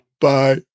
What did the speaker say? Bye